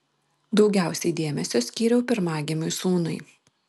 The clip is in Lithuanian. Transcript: daugiausiai dėmesio skyriau pirmagimiui sūnui